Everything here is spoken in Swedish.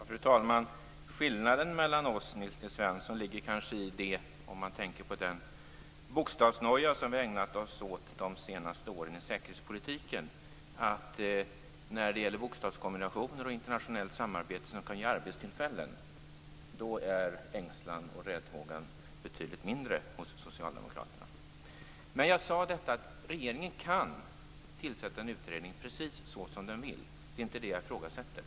Fru talman! Skillnaden mellan oss, Nils T Svensson, ligger kanske i den bokstavsnoja vi har ägnat oss åt de senaste åren i säkerhetspolitiken. När det gäller bokstavskombinationer och internationellt samarbete som kan ge arbetstillfällen är ängslan och räddhågsenheten betydligt mindre hos Socialdemokraterna. Regeringen kan tillsätta en utredning precis som den vill. Det är inte det jag ifrågasätter.